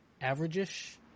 average-ish